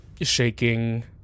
shaking